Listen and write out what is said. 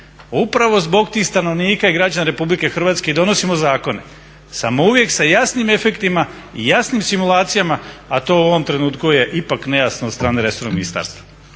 Upravo zbog tih stanovnika i građana RH i donosimo zakone samo uvijek sa jasnim efektima i jasnim simulacijama, a to u ovom trenutku je ipak nejasna od strane resornog ministarstva.